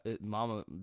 mama